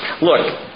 Look